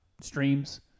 streams